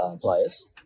players